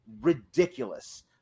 Ridiculous